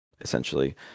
essentially